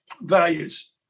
values